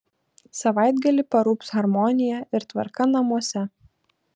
savaitgalį parūps harmonija ir tvarka namuose